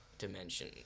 dimension